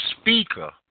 Speaker